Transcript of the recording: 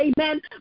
Amen